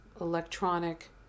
electronic